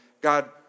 God